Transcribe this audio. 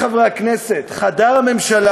חברי חברי הכנסת, חדר הממשלה,